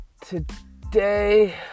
Today